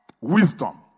Wisdom